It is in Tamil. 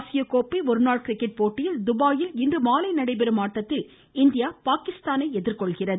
ஆசிய கோப்பை ஒருநாள் கிரிக்கெட் போட்டியில் துபாயில் இன்று மாலை நடைபெறும் ஆட்டத்தில் இந்தியா பாகிஸ்தானை எதிர்கொள்கிறது